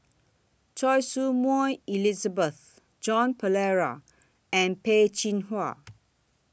Choy Su Moi Elizabeth Joan Pereira and Peh Chin Hua